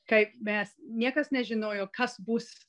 kai mes niekas nežinojo kas bus